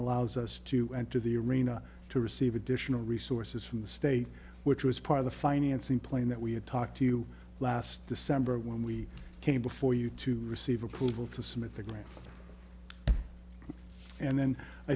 allows us to enter the arena to receive additional resources from the state which was part of the financing plane that we had talked to you last december when we came before you to receive approval to some of the grants and then i